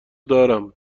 دارم